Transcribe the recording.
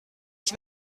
ich